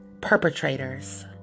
Perpetrators